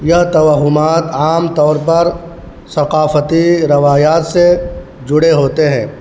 یہ توہمات عام طور پر ثقافتی روایات سے جڑے ہوتے ہیں